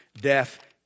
death